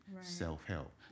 self-help